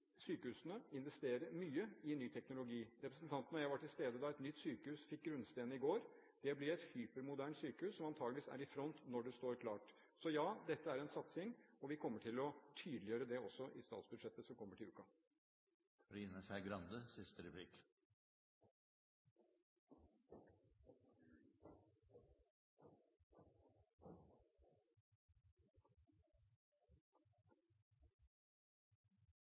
sykehusene investere mye i ny teknologi. Representanten og jeg var til stede da et nytt sykehus fikk grunnsteinen lagt ned i går. Det blir et hypermoderne sykehus som antageligvis er i front når det står klart. Så ja, dette er en satsing, og vi kommer til å tydeliggjøre det også i statsbudsjettet som kommer til